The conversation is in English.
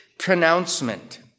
pronouncement